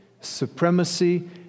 supremacy